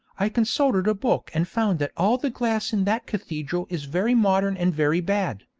i consulted a book and found that all the glass in that cathedral is very modern and very bad,